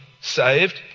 saved